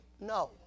no